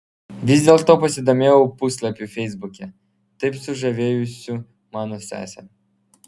vis dėlto pasidomėjau puslapiu feisbuke taip sužavėjusiu mano sesę